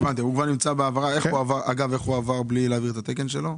איך הוא עבר בלי להעביר את התקן שלו?